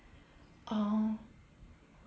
oh